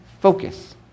Focus